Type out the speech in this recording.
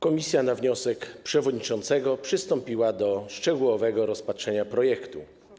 Komisja na wniosek przewodniczącego przystąpiła do szczegółowego rozpatrzenia projektu.